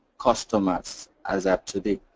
customers as of today,